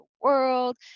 world